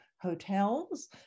hotels